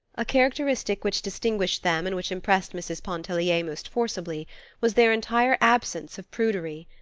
a characteristic which distinguished them and which impressed mrs. pontellier most forcibly was their entire absence of prudery.